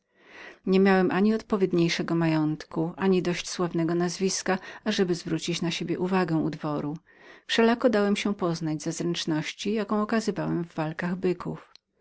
miałem ani odpowiedniego majątku ani dość wysokiego stopnia ażeby zwrócić na siebie uwagę u dworu wszelako znano mnie ze zręczności jaką okazywałem w walkach byków